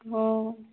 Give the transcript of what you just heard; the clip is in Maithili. हँ